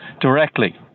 directly